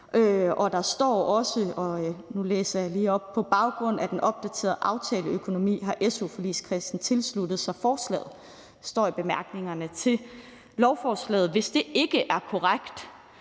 Og det står der også – og nu læser jeg lige op: »På baggrund af den opdaterede aftaleøkonomi har SU-forligskredsen tilsluttet sig forslaget.« Det står i bemærkningerne til lovforslaget. Hvis det ikke er korrekt,